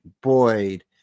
boyd